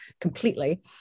completely